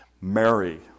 Mary